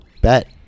bet